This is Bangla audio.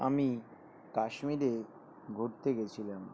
আমি কাশ্মীরে ঘুরতে গেছিলাম